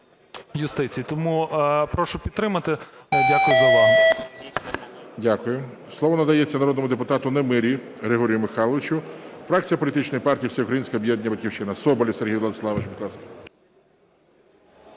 юстиції. Тому прошу підтримати. Дякую за увагу. ГОЛОВУЮЧИЙ. Дякую. Слово надається народному депутату Немирі Григорію Михайловичу, фракція політичної партії Всеукраїнське об'єднання "Батьківщина". Соболєв Сергій Владиславович, будь